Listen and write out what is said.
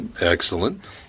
Excellent